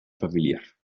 familiar